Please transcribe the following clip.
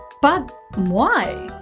but why